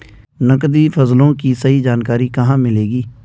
नकदी फसलों की सही जानकारी कहाँ मिलेगी?